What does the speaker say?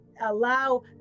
allow